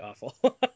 awful